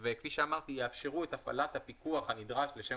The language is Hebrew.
וכפי שאמרתי הם יאפשרו את הפעלת הפיקוח הנדרש לשם